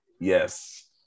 yes